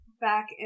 back